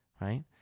Right